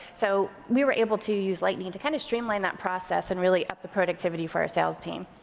so we were able to use lightning to kind of streamline that process and really up the productivity for our sales team.